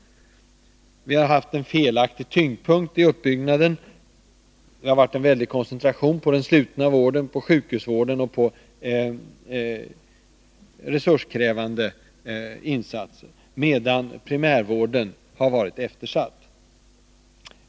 Vi har haft en felaktig tyngdpunkt vid uppbyggnaden; det har varit en väldig koncentration på den slutna vården, på sjukhusvården och på resurskrävande insatser, medan primärvården har varit eftersatt.